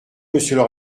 monsieur